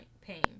pain